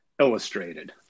illustrated